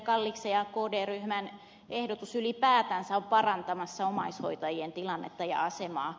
kalliksen ja kd ryhmän ehdotus ylipäätänsä on parantamassa omaishoitajien tilannetta ja asemaa